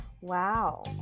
Wow